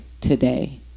today